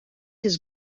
his